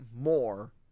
more